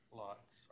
lots